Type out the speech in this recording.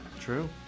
true